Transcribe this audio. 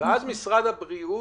ואז משרד הבריאות